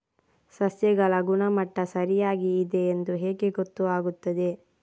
ಸಸ್ಯಗಳ ಗುಣಮಟ್ಟ ಸರಿಯಾಗಿ ಇದೆ ಎಂದು ಹೇಗೆ ಗೊತ್ತು ಆಗುತ್ತದೆ?